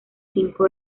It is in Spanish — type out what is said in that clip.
cinco